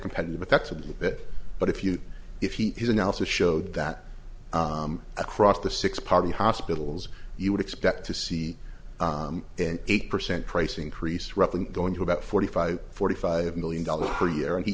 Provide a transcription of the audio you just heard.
competitive but that's a bit but if you if he's analysis showed that across the six party hospitals you would expect to see an eight percent price increase roughly going to about forty five forty five million dollars per year and he